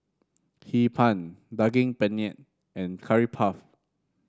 Hee Pan Daging Penyet and Curry Puff